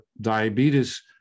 diabetes